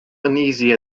uneasy